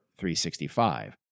365